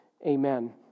Amen